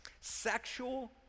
Sexual